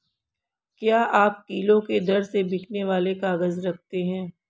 क्या आप किलो के दर से बिकने वाले काग़ज़ रखते हैं?